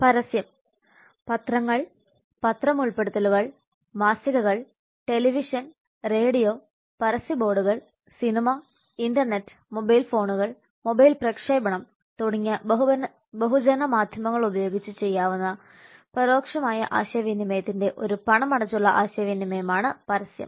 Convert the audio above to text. പരസ്യം പത്രങ്ങൾ പത്രം ഉൾപ്പെടുത്തലുകൾ മാസികകൾ ടെലിവിഷൻ റേഡിയോ പരസ്യബോർഡുകൾ സിനിമ ഇന്റർനെറ്റ് മൊബൈൽ ഫോണുകൾ മൊബൈൽ പ്രക്ഷേപണം തുടങ്ങിയ ബഹുജന മാധ്യമങ്ങൾ ഉപയോഗിച്ച് ചെയ്യാവുന്ന പരോക്ഷമായ ആശയവിനിമയത്തിന്റെ ഒരു പണമടച്ചുള്ള ആശയവിനിമയമാണ് പരസ്യം